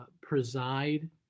preside